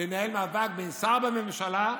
לנהל מאבק של שר בממשלה,